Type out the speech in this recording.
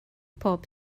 pob